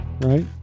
Right